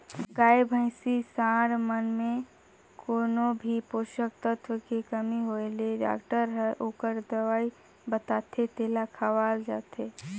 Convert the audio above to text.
गाय, भइसी, सांड मन में कोनो भी पोषक तत्व के कमी होय ले डॉक्टर हर ओखर दवई बताथे तेला खवाल जाथे